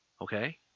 Okay